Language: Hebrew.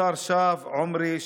עופר,